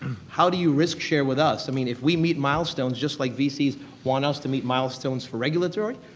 how do you risk share with us? i mean, if we meet milestones just like vc's want us to meet milestones for regulatory,